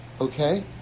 okay